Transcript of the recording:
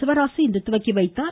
சிவராசு இன்று தொடங்கி வைத்தார்